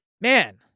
Man